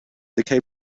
decay